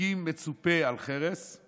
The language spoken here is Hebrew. סיגים מצֻפה על חָרֶשׂ